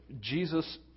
Jesus